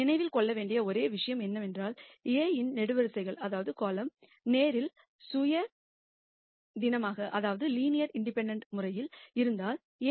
நினைவில் கொள்ள வேண்டிய ஒரே விஷயம் என்னவென்றால் A இன் காலம்கள் லீனியர் இண்டிபெண்டெண்ட் முறையில் இருந்தால் Aᵀ A 1 உள்ளது